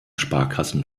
sparkassen